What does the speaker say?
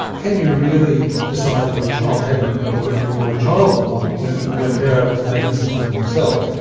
can you really decide for your child? how do you know what your child will want when when they're able to make a decision for themselves?